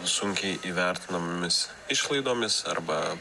sunkiai įvertinamomis išlaidomis arba